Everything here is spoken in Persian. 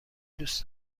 دوست